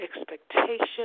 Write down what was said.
expectation